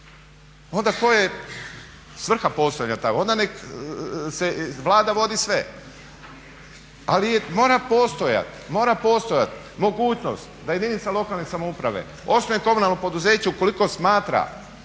onda koja je svrha postojanja, onda nek' Vlada vodi sve. Ali mora postojati mogućnost da jedinica lokalne samouprave osnuje komunalno poduzeće ukoliko smatra